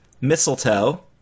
mistletoe